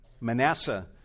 Manasseh